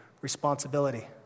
Responsibility